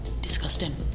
Disgusting